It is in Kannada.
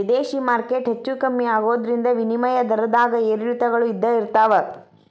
ವಿದೇಶಿ ಮಾರ್ಕೆಟ್ ಹೆಚ್ಚೂ ಕಮ್ಮಿ ಆಗೋದ್ರಿಂದ ವಿನಿಮಯ ದರದ್ದಾಗ ಏರಿಳಿತಗಳು ಇದ್ದ ಇರ್ತಾವ